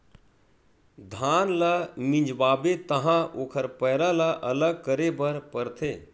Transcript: धान ल मिंजवाबे तहाँ ओखर पैरा ल अलग करे बर परथे